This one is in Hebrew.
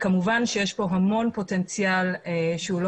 כמובן שיש כאן המון פוטנציאל שהוא לא